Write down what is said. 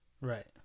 Right